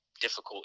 difficult